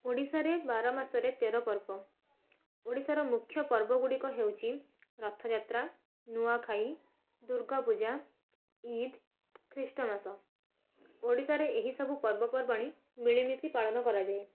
ଓଡ଼ିଶାରେ ବାର ମାସରେ ତେର ପର୍ବ ଓଡ଼ିଶାର ମୁଖ୍ୟ ପର୍ବ ଗୁଡ଼ିକ ହେଉଛି ରଥଯାତ୍ରା ନୂଆଖାଇ ଦୁର୍ଗାପୂଜା ଇଦ୍ ଖ୍ରୀଷ୍ଟମାସ ଓଡ଼ିଶାରେ ଏହି ସବୁ ପର୍ବପର୍ବାଣୀ ମିଳିମିଶି ପାଳନ କରାଯାଏ